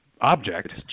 Object